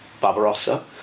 Barbarossa